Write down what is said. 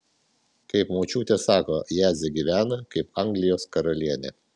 kaip močiutė sako jadzė gyvena kaip anglijos karalienė